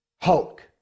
hulk